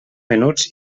menuts